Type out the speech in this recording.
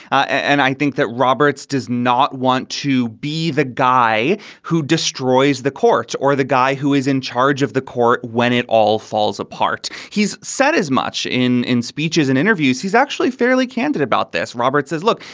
and i think that roberts does not want to be the guy who destroys the courts or the guy who is in charge of the court when it all falls apart. he's said as much in in speeches and interviews. he's actually fairly candid about this. roberts says, look,